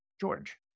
George